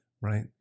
right